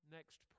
Next